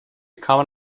common